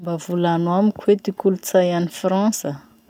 Mba volano amiko ty kolotsay any Frantsa?